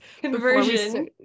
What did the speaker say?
conversion